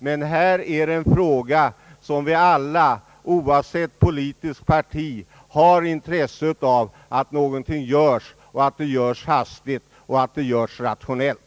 Men detta är en fråga där vi alla, oavsett politiskt parti, har intresse av att det görs någonting, att det görs hastigt och att det görs rationellt.